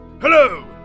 Hello